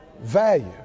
Value